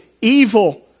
evil